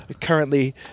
currently